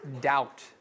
doubt